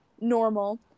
normal